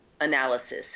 analysis